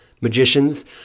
magicians